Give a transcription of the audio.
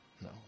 No